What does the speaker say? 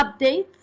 updates